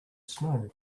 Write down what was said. snow